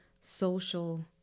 social